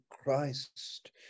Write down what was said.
christ